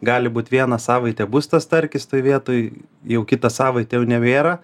gali būt vieną savaitę bus tas starkis toj vietoj jau kitą savaitę jau nebėra